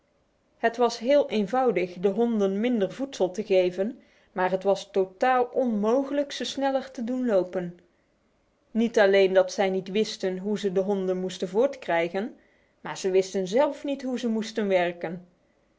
het was heel eenvoudig de honden minder voedsel te geven maar het was totaal onmogelijk hen sneller te doen lopen niet alleen dat zij niet wisten hoe ze de honden moesten voortkrijgen maar ze wisten z elf niet hoe ze moesten werken